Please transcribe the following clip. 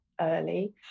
early